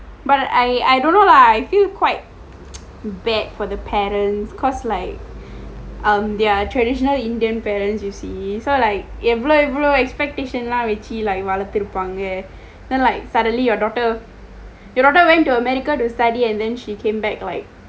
but I don't know lah I feel quite bad for the parents cause like um their traditional indian parents you see so like எவ்வளோ எவ்வளோ:evvaloo evvaloo expection எல்லாம் வைத்து:ellaam vaiththu like வளர்த்திருப்பாங்க:valarththiruppaangka then like suddenly your daughter your daughter went to America to study and then she came back like